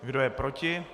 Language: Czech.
Kdo je proti?